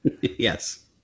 Yes